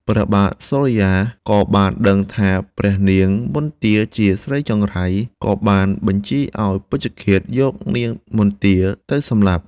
ព្រះបាទសូរិយាក៏បានដឹងថាព្រះនាងមន្ទាជាស្រីចង្រៃ ក៏បានបញ្ជាឱ្យពេជ្ឈឃាតយកព្រះនាងមន្ទាទៅសម្លាប់។